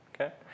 okay